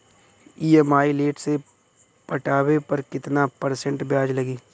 EMI late से पटावे पर कितना परसेंट ब्याज लगी?